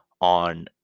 on